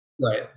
Right